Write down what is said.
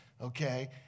okay